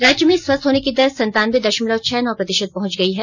राज्य में स्वस्थ होने की दर संतानवे दशमलव छह नौ प्रतिशत पहुंच गई है